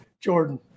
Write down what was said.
jordan